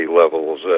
levels